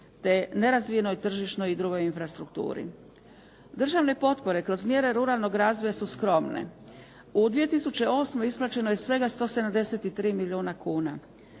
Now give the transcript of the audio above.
te nerazvijenoj tržišnoj i drugoj infrastrukturi. Državne potpore kroz mjere ruralnog razvoja su skromne. U 2008. isplaćeno je svega 173 milijuna kuna.